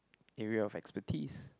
area of expertise